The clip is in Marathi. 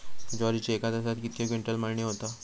ज्वारीची एका तासात कितके क्विंटल मळणी होता?